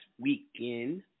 weekend